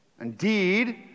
Indeed